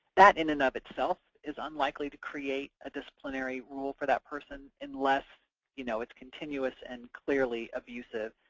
that in and of itself is unlikely to create a disciplinary rule for that person unless you know it's continuous and clearly abusive,